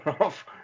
off